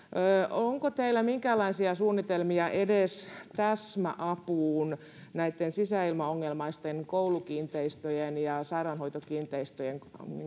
onko teillä minkäänlaisia suunnitelmia edes täsmäapuun näitten sisäilmaongelmaisten koulukiinteistöjen ja sairaanhoitokiinteistöjen